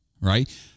right